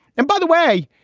and by the way,